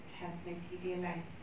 has my tedious life